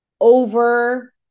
over